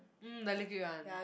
mm the liquid one